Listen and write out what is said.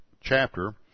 chapter